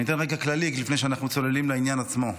אני אתן רקע כללי לפני שאנחנו צוללים לעניין עצמו.